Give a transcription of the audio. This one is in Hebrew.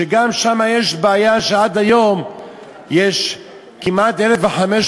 שגם שם יש בעיה שעד היום יש כמעט 1,500